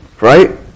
Right